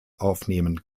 aufnehmen